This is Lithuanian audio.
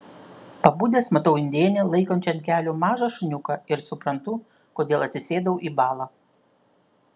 pabudęs matau indėnę laikančią ant kelių mažą šuniuką ir suprantu kodėl atsisėdau į balą